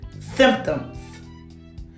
symptoms